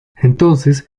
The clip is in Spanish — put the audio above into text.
entonces